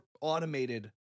automated